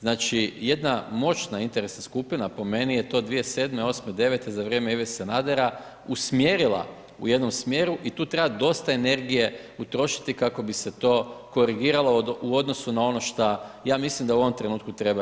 Znači, jedna moćna interesna skupina, po meni je to 2007., 2008., 2009. za vrijeme Ive Sanadera usmjerila u jednom smjeru i tu treba dosta energije utrošiti kako bi se to korigiralo u odnosu na ono što, ja mislim da u ovom trenutku treba RH.